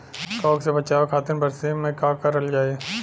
कवक से बचावे खातिन बरसीन मे का करल जाई?